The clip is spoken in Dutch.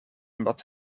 omdat